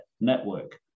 network